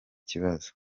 kibazo